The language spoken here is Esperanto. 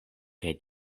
kaj